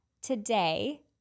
Today